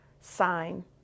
sign